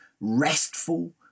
restful